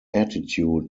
attitude